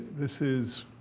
this is